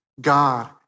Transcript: God